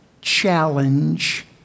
challenge